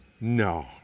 No